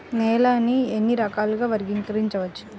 నేలని ఎన్ని రకాలుగా వర్గీకరించవచ్చు?